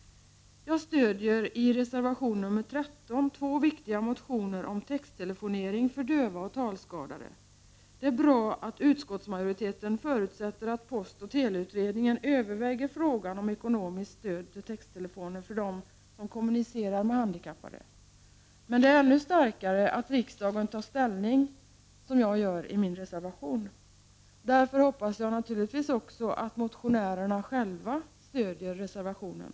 Jag stöder i reservation nr 13 två viktiga motioner om texttelefonering för döva och talskadade. Det är bra att utskottsmajoriteten förutsätter att postoch teleutredningen överväger frågan om ekonomiskt stöd till texttelefoner för dem som kommunicerar med handikappade. Men det är starkare att riks dagen tar ställning på det sätt som jag gör i min reservation. Därför hoppas jag att också motionärerna själva stöder reservationen.